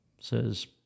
says